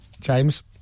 James